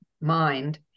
mind